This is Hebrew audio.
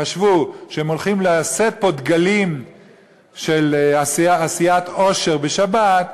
חשבו שהם הולכים לשאת פה דגלים של עשיית עושר בשבת,